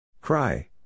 cry